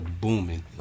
booming